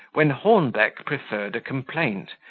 when hornbeck preferred a complaint,